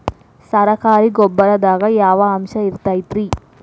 ಸರಕಾರಿ ಗೊಬ್ಬರದಾಗ ಯಾವ ಅಂಶ ಇರತೈತ್ರಿ?